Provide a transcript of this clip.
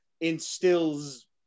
instills